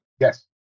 Yes